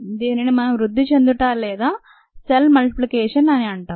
దీనిని మనం వృద్ధి చెందుట లేదా సెల్ మల్టిప్లికేషన్ అంటాం